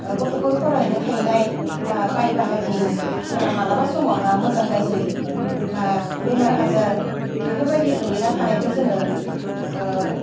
गथ'फोर फरायहैनो थाहैनाय बा बाय बाहागिफोरा माब्लाबा समावहा मोजां गाज्रि बा बेमार आजार बेफोरबायदि गोग्लैना थानायखौ जोङो